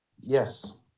yes